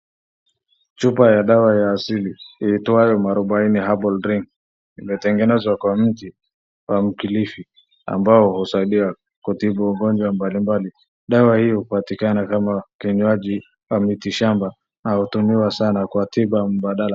Chupa ya dawa ya asili iitwayo Muarubaini Herbal drink imetengenzwa kwa mti wa mkilifi ambao husaidia kutibu ugonjwa mbalimbali. Dawa hii hupatikana kama kinywaji na miti shamba na hutumiwaa sana kwa tiba mbadala.